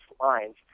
lines